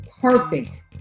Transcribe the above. perfect